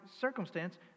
circumstance